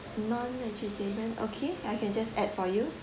non vegetarian okay I can just add for you